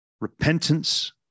repentance